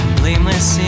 blameless